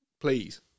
please